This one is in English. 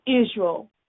Israel